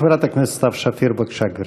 חברת הכנסת סתיו שפיר, בבקשה, גברתי.